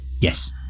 yes